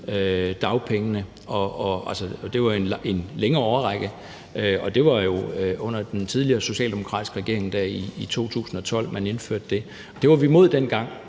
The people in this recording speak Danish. dagpengene. Og det var over en længere årrække, og det var jo under den tidligere socialdemokratiske regering, man indførte det, i 2012. Det var vi imod dengang,